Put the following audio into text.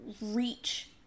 reach